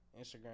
Instagram